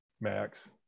max